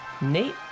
Nate